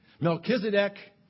Melchizedek